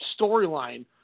storyline